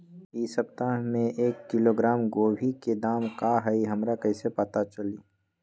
इ सप्ताह में एक किलोग्राम गोभी के दाम का हई हमरा कईसे पता चली?